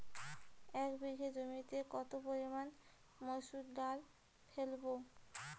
এক বিঘে জমিতে কত পরিমান মুসুর ডাল ফেলবো?